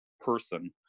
person